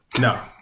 No